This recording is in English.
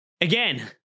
again